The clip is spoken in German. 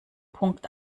punkt